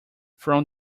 from